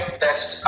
best